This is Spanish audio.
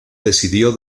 decidió